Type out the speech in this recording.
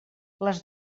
les